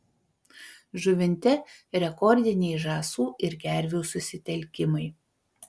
žuvinte rekordiniai žąsų ir gervių susitelkimai